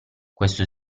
questo